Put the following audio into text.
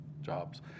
Jobs